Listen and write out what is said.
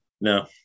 no